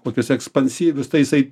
kokius ekspansyvius tai jisai